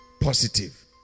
positive